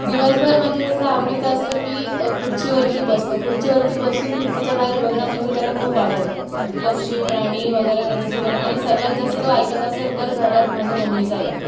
दिवसभर म्हणजे त्याचं आवडीचं असतं की खुर्चीवरती बसणं खुर्चीवरती बसून खिडकीच्या बाहेर बघणं म्हणजे त्याला खूप आवडतं पक्षी प्राणी वगैरे त्यांच्यासोबत आणि सर्वात जास्त तो ऐकत असेल तर घरात माझ्या मम्मीचं ऐकतो